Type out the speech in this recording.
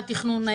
התכנון.